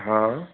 हाँ